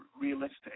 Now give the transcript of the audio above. realistic